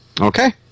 Okay